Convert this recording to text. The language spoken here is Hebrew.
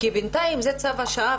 כי בינתיים זה צו השעה,